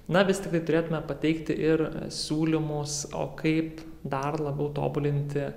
na vis tiktai turėtume pateikti ir siūlymus o kaip dar labiau tobulinti